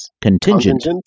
contingent